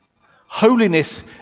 Holiness